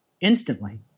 instantly